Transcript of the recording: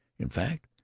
in fact,